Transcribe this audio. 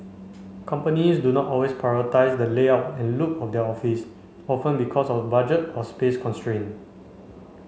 companies do not always prioritise the layout and look of their office often because of budget or space constraint